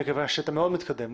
מכיוון שאתה מאוד מתקדם.